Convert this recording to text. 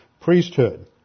priesthood